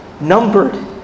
numbered